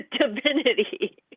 divinity